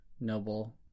noble